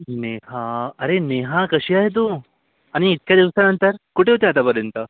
नेहा अरे नेहा कशी आहे तू आणि इतक्या दिवसानंतर कुठे होती आतापर्यंत